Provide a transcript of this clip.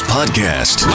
Podcast